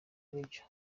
aribyo